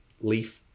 leaf